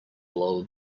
blow